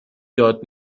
یاد